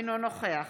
אינו נוכח